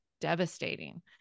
devastating